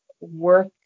work